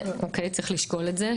אוקיי, צריך לשקול את זה.